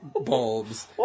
bulbs